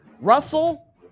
Russell